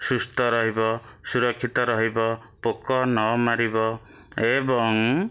ସୁସ୍ଥ ରହିବ ସୁରକ୍ଷିତ ରହିବ ପୋକ ନ ମରିବ ଏବଂ